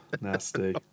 nasty